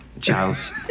Charles